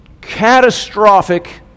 catastrophic